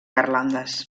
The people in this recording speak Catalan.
garlandes